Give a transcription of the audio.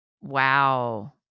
Wow